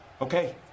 okay